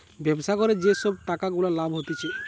ব্যবসা করে যে সব টাকা গুলা লাভ হতিছে